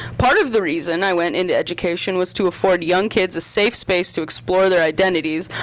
part of the reason i went into education was to afford young kids a safe space to explore their identities.